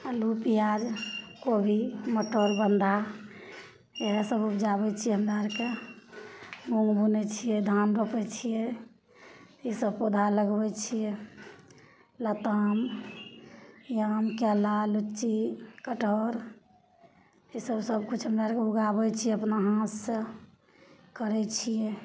अल्लू पिआज कोबी मटर बन्धा इएहसब उपजाबै छिए हमरा आओरके उन बुनै छिए धान रोपै छिए ईसब पौधा लगबै छिए लताम आम केला लिच्ची कटहर ईसब सबकिछु हमरा आओरके उपजाबै छिए अपना हाथसे करै छिए